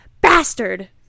Bastard